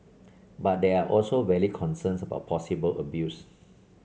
but there are also valid concerns about possible abuse